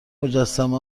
مجسمه